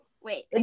Wait